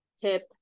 tip